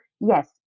yes